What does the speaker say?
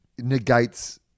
negates